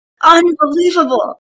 Unbelievable